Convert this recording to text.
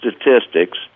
statistics